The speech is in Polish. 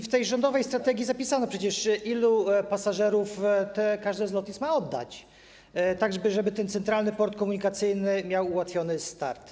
W tej rządowej strategii zapisano przecież, ilu pasażerów każde z lotnisk ma oddać, tak żeby Centralny Port Komunikacyjny miał ułatwiony start.